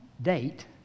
date